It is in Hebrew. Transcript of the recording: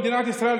במדינת ישראל,